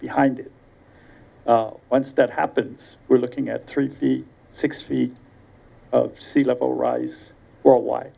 behind once that happens we're looking at three six feet of sea level rise worldwide